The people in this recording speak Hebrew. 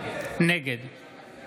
נגד